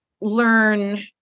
learn